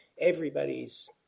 everybody's